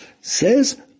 Says